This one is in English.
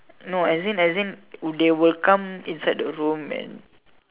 no as in as in they will come inside the room and